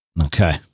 okay